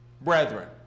brethren